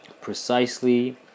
Precisely